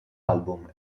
album